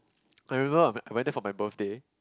I remember I I went there for my birthday